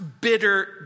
bitter